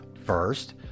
First